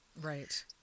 Right